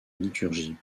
liturgie